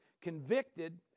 convicted